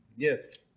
yes